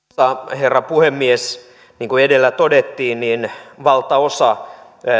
herra puhemies niin kuin edellä todettiin valtaosa